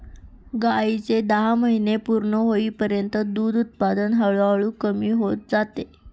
गायीचे दहा महिने पूर्ण होईपर्यंत दूध उत्पादन हळूहळू कमी होत जाते